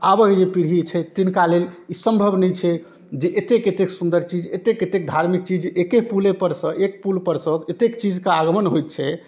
आबक पीढ़ी जे छै तिनका लेल ई सम्भव नहि छै जे एतेक एतेक सुन्दर चीज एतेक एतेक धार्मिक चीज एक्के पुलेपरसँ एक पुलपरसँ एतेक चीजके आगमन होइत छै